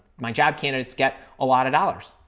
my job candidates get a lot of dollars.